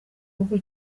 rugo